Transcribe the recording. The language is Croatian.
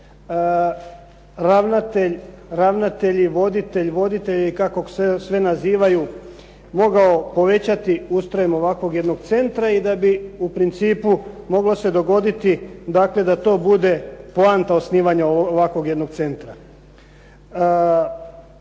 odnos ravnatelj i voditelj i kako se sve nazivaju mogao povećati ustrojem ovakvog jednog centra i da bi u principu moglo se dogoditi dakle da to bude poanta osnivanja ovakvog jednog centra.